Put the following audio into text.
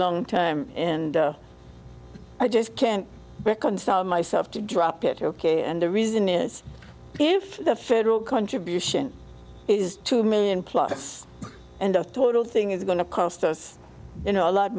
long time and i just can't reconcile myself to drop it ok and the reason is if the federal contribution is two million plus and of total thing is going to cost us you know a lot